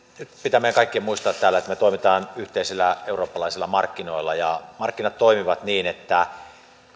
nyt pitää meidän kaikkien muistaa täällä että me toimimme yhteisillä eurooppalaisilla markkinoilla ja markkinat toimivat niin että